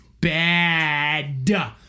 bad